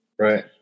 Right